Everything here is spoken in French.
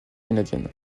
canadiennes